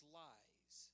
lies